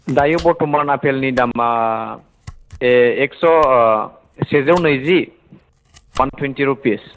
दायो बर्त'मान आपेलनि दामा एक्स' सेजौ नैजि वान टुवेन्टि रुपिस